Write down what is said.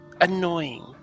annoying